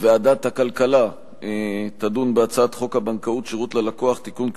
ועדת הכלכלה תדון בהצעת חוק הבנקאות (שירות ללקוח) (תיקון,